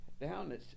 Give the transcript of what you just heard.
down